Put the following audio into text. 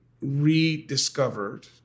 rediscovered